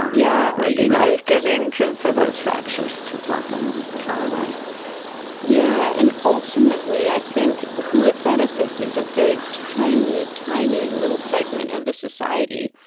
um yeah it would be life-giving for those fractures to soften and fall away yeah and ultimately, i think who it benefits is a very tiny, tiny, little segment of the society.